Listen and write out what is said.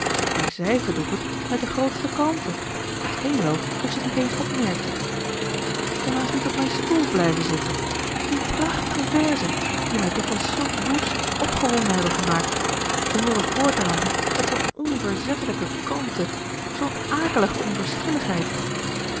maar zij verdroeg het met de grootste kalmte t scheen wel of ze t niet eens opmerkte ik kon haast niet op mijn stoel blijven zitten die prachtige verzen die mij dikwijls zoo woest opgewonden hebben gemaakt te hooren voordragen met zoo'n onverzettelijke kalmte zoo'n akelige onverschilligheid